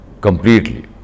completely